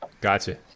Gotcha